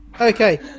Okay